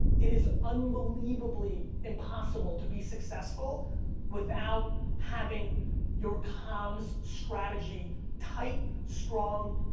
it is unbelievably impossible to be successful without having your comms strategy tight, strong,